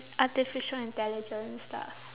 artificial intelligence stuff